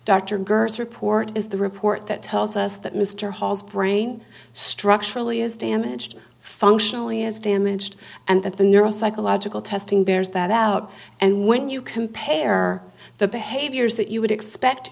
dr girths report is the report that tells us that mr hall's brain structurally is damaged functionally as damaged and that the neuropsychological testing bears that out and when you compare the behaviors that you would expect